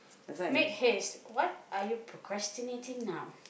make haste what are you procrastinating now